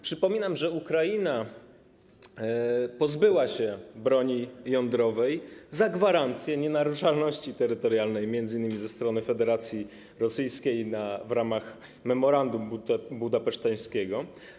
Przypominam, że Ukraina pozbyła się broni jądrowej za gwarancję nienaruszalności terytorialnej, m.in. ze strony Federacji Rosyjskiej, w ramach memorandum budapeszteńskiego.